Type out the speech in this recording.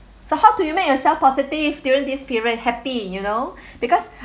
so how do you make yourself positive during this period happy you know because